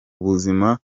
ubuzima